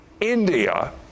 India